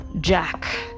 Jack